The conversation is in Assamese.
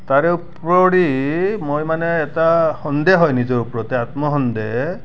তাৰে ওপৰেদি মই মানে এটা সন্দেহ হয় নিজৰ ওপৰতে আত্মসন্দেহ